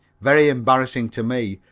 very embarrassing to me,